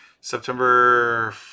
September